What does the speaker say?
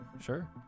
Sure